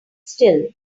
still